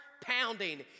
pounding